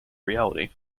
reality